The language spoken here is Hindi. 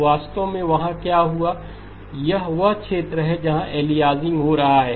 अब वास्तव में वहां क्या हुआ यह वह क्षेत्र है जहां अलियासिंग हो रहा है